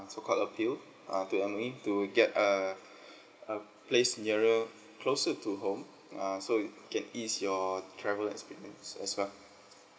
so called appeal uh to M_O_E to get a a place nearer closer to home uh so you can ease your travel experience as well